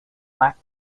lack